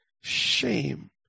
shame